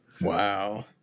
Wow